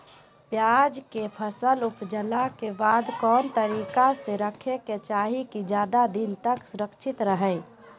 प्याज के फसल ऊपजला के बाद कौन तरीका से रखे के चाही की ज्यादा दिन तक सुरक्षित रहय?